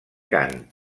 cant